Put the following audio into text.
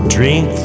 Drink